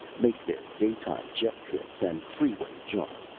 make their daytime jet trips and freeway jaunts,